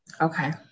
Okay